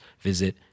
visit